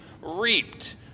reaped